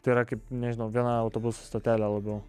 tai yra kaip nežinau viena autobuso stotelė labiau